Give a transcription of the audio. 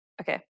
Okay